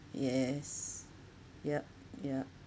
yes yup ya